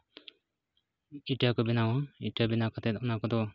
ᱤᱴᱟᱹ ᱠᱚ ᱵᱮᱱᱟᱣᱟ ᱤᱴᱟᱹ ᱵᱮᱱᱟᱣ ᱠᱟᱛᱮᱫ ᱚᱱᱟ ᱠᱚᱫᱚ